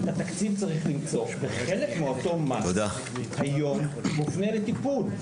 את התקציב צריך למצוא וחלק מאותו מס היום מופנה לטיפול.